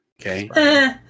Okay